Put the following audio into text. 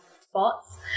spots